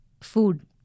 food